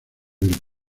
del